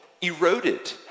eroded